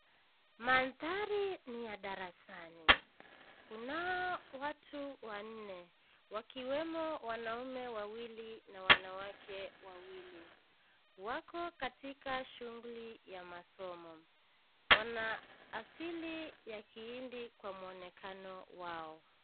Mandhari ni ya darasani. Kunao watu wanne wakiwemo wanaume wawili na wanawake wawili wako katika shughuli ya masomo. Wana asili ya kihindi kwa muonekano wao